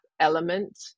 element